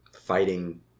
fighting